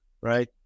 right